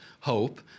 hope